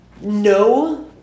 No